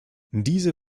diese